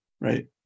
Right